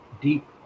deep